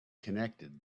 connected